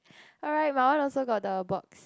alright my one also got the box